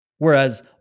Whereas